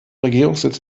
regierungssitz